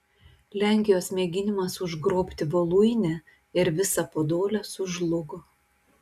lenkijos mėginimas užgrobti voluinę ir visą podolę sužlugo